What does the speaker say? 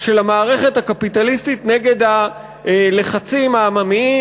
של המערכת הקפיטליסטית נגד הלחצים העממיים,